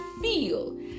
feel